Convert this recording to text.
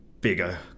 bigger